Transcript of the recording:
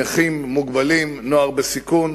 נכים, מוגבלים, נוער בסיכון